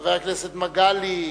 חבר הכנסת מגלי,